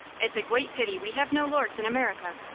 it's a gweat pity we have no lords in america.